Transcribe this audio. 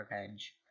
revenge